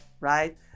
right